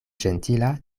ĝentila